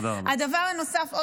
הדבר הנוסף, תודה, גברתי.